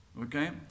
Okay